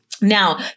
Now